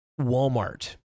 Walmart